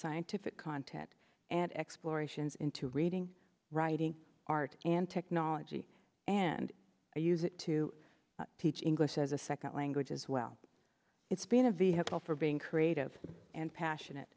scientific content and explorations into reading writing art and technology and i use it to teach english as a second language as well it's been a vehicle for being creative and passionate